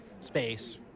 space